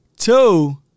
Two